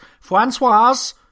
francoise